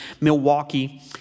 Milwaukee